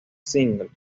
single